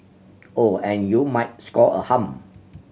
oh and you might score a hum